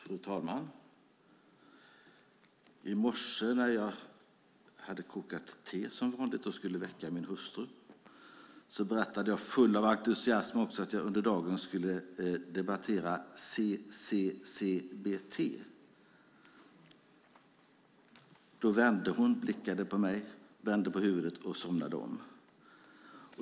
Fru talman! I morse när jag hade kokat te som vanligt och skulle väcka min hustru berättade jag full av entusiasm att jag under dagen skulle debattera CCCTB. Hon blickade på mig, vände på huvudet och somnade om.